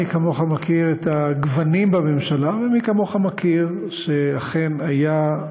מי כמוך מכיר את הגוונים בממשלה ומי כמוך מכיר שאכן הייתה,